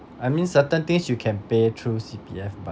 I mean certain things you can pay through C_P_F but